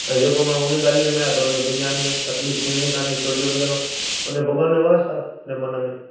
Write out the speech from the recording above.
ऐं जे को माण्हू हुन ॻाल्हियुनि में आहे त हुनखे दुनिया में तकलीफ़ थिअणी काने छो जो हुन ते हुन में भॻवान जो वास आहे हुनजे मन में